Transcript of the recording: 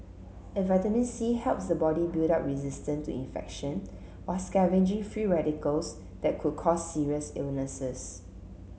and vitamin C helps the body build up resistance to infection while scavenging free radicals that could cause serious illnesses